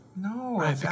No